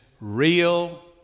real